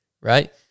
right